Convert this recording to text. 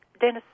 Dennis